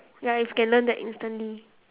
ya if can learn that instantly